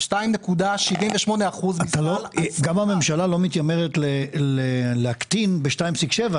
גם הממשלה לא מתיימרת להקטין ב-2.7,